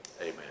Amen